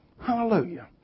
Hallelujah